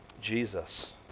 Jesus